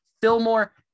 Fillmore